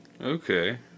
Okay